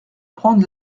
prendre